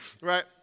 Right